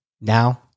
Now